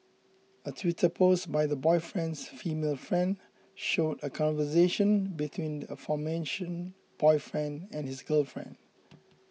a twitter post by the boyfriend's female friend showed a conversation between the aforementioned boyfriend and his girlfriend